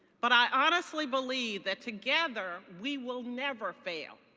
but i honestly believe that together we will never fail.